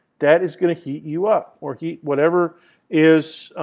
that is going to heat you up or heat whatever is